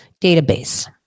database